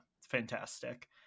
fantastic